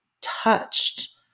touched